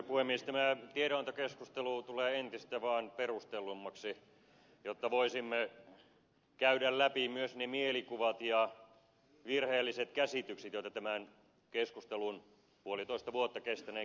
tämä tiedonantokeskustelu tulee vaan entistä perustellummaksi jotta voisimme käydä läpi myös ne mielikuvat ja virheelliset käsitykset joita tämän keskustelun puolitoista vuotta kestäneen keskustelun aikana on tullut